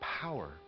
power